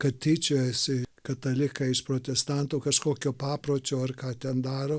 kad tyčiojasi katalikai iš protestantų kažkokio papročio ar ką ten daro